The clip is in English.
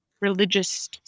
religious